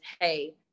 hey